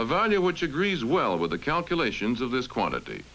value which agrees well with the calculations of this quantity